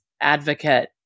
advocate